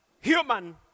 Human